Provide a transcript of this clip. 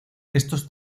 estos